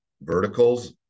verticals